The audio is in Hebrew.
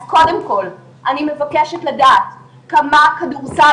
אז קודם כל אני מבקשת לדעת כמה כדורסל